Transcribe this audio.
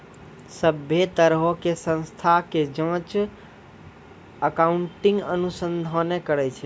सभ्भे तरहो के संस्था के जांच अकाउन्टिंग अनुसंधाने करै छै